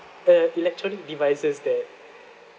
uh electronic devices that